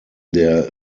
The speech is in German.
der